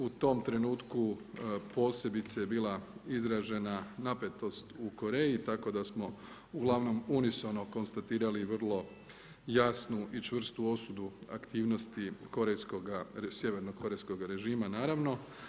U tom trenutku posebice je bila izražena napetost u Koreji tako da smo uglavnom unisono konstatirali vrlo jasnu i čvrstu osudu aktivnosti korejskoga, sjeverno-korejskoga režima naravno.